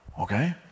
Okay